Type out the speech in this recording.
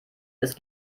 ist